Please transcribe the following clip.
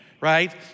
right